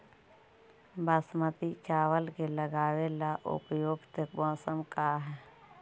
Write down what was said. बासमती चावल के लगावे ला उपयुक्त मौसम का है?